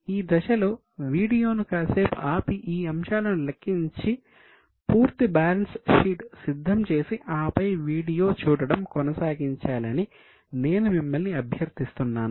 ఈ దశలో వీడియోను కాసేపు ఆపి ఈ అంశాలను లెక్కించి పూర్తి బ్యాలెన్స్ షీట్ సిద్ధం చేసి ఆపై వీడియో చూడడం కొనసాగించాలని నేను మిమ్మల్ని అభ్యర్థిస్తున్నాను